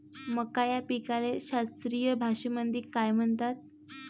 मका या पिकाले शास्त्रीय भाषेमंदी काय म्हणतात?